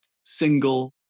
single